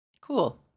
Cool